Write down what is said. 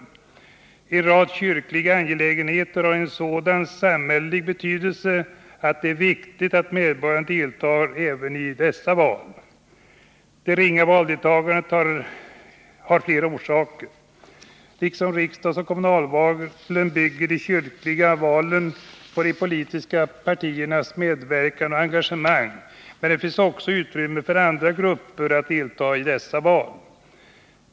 En Nr 30 rad kyrkliga angelägenheter har en sådan samhällelig betydelse att det är — Fredagen den viktigt att medborgarna deltar även i dessa val. Det ringa valdeltagandet har 16 november 1979 flera olika orsaker. Liksom riksdagsoch kommunalvalen bygger de kyrkliga valen på de politiska partiernas medverkan och engagemang, men det finns — Om åtgärder för också utrymme för andra grupper att delta i dessa val.